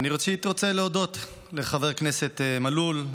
ראשית הייתי רוצה להודות לחברי הכנסת מלול,